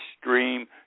Stream